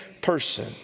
person